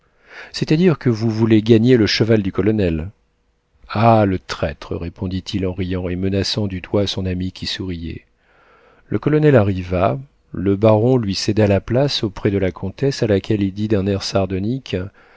c'est-à-dire que vous voulez gagner le cheval du colonel ah le traître répondit-il en riant et menaçant du doigt son ami qui souriait le colonel arriva le baron lui céda la place auprès de la comtesse à laquelle il dit d'un air sardonique